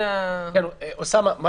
אוסאמה, מה